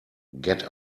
get